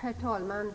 Herr talman!